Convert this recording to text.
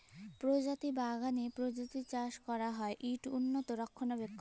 পরজাপতি বাগালে পরজাপতি চাষ ক্যরা হ্যয় ইট উল্লত রখলাবেখল